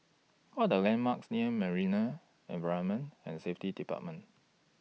What Are The landmarks near Marine Environment and Safety department